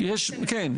כן.